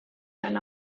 run